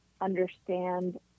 understand